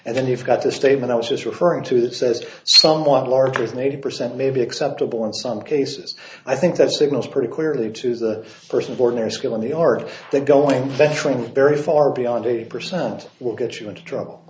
and then you've got this statement i was just referring to that says somewhat larger than eighty percent may be acceptable in some cases i think that signals pretty clearly to the person of ordinary skill in the are they going bettering very far beyond eighty percent will get you into trouble